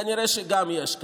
כנראה שגם יש כאן,